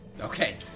Okay